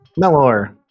Melor